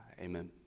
Amen